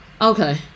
okay